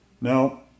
Now